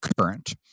current